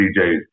DJs